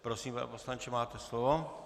Prosím, pane poslanče, máte slovo.